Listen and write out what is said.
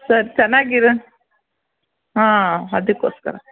ಸರಿ ಚೆನ್ನಾಗಿರನ್ ಹಾಂ ಅದಕ್ಕೋಸ್ಕರ